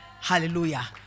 Hallelujah